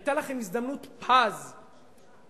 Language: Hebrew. היתה לכם הזדמנות פז לעשות,